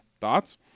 Thoughts